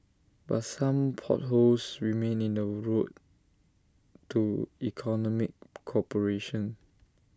but some potholes remain in the road to economic cooperation